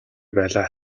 байлаа